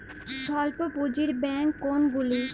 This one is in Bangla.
স্বল্প পুজিঁর ব্যাঙ্ক কোনগুলি?